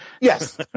Yes